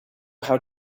how